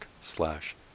slash